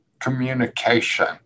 communication